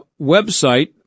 website